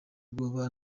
ubwoba